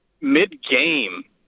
mid-game